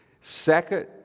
second